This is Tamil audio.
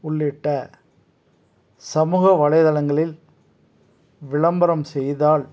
உள்ளிட்ட சமூக வலைத்தளங்களில் விளம்பரம் செய்தால்